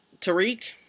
Tariq